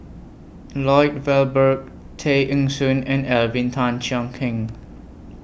Lloyd Valberg Tay Eng Soon and Alvin Tan Cheong Kheng